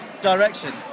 direction